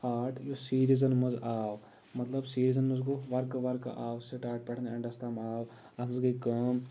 art یُس سِیٖریٖزن منٛز آو مطلب سیٖریٖزن منٛز گوٚو ورکہٕ ورکہٕ آو سٔٹارٹ پٮ۪ٹھٕ اینڈس تام آو اَتھ منٛز گٔیہِ کٲم